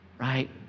Right